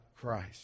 christ